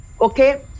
okay